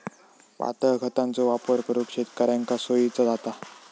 पातळ खतांचो वापर करुक शेतकऱ्यांका सोयीचा जाता